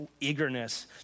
eagerness